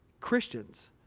Christians